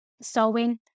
sewing